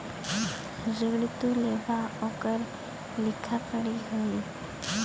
ऋण तू लेबा ओकर लिखा पढ़ी होई